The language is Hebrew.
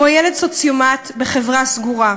כמו ילד סוציומט בחברה סגורה.